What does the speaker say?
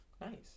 Nice